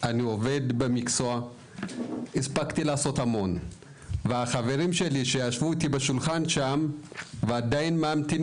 אני והמשפחה עלינו בסוף 2016 והשארנו מאחור 5 אחים